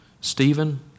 Stephen